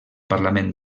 parlament